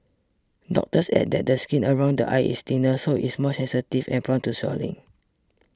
doctors add that the skin around the eyes is thinner so it is more sensitive and prone to swelling